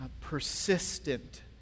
persistent